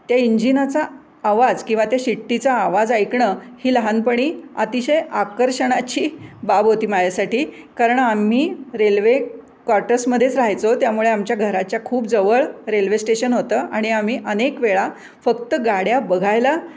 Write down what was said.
त्या इंजिनाचा आवाज किंवा त्या शिट्टीचा आवाज ऐकणं ही लहानपणी अतिशय आकर्षणाची बाब होती माझ्यासाठी कारण आम्ही रेल्वे क्वाटर्समधेच राहायचो त्यामुळे आमच्या घराच्या खूप जवळ रेल्वे स्टेशन होतं आणि आम्ही अनेक वेळा फक्त गाड्या बघायला